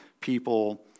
people